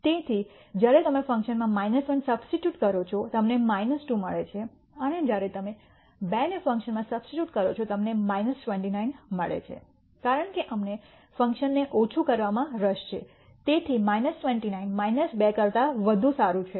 તેથી જ્યારે તમે ફંક્શનમાં 1 સબસ્ટિટ્યૂટ કરો છો તમને 2 મળે છે અને જ્યારે તમે 2 ને ફંક્શનમાં સબસ્ટિટ્યૂટ કરો છો તમને 29 મળે છે કારણ કે અમને ફંક્શનને ઓછું કરવામાં રસ છે તેથી 29 2 કરતા વધુ સારી છે